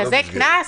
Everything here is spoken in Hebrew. כזה קנס?